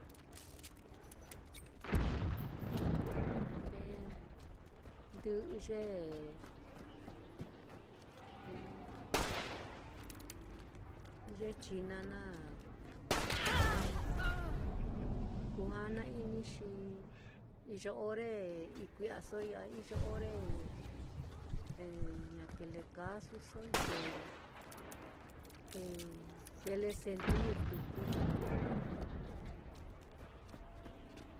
te ndɨ'ɨ ye ye china naá kujana-inii xi iyo ore i kui'ya soi a iyo ore ña kile casu soi te-te kile sentir tuku.